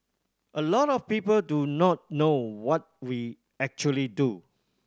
a lot of people do not know what we actually do